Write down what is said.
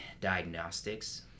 diagnostics